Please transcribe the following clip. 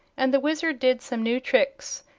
and the wizard did some new tricks,